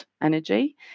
energy